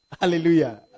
Hallelujah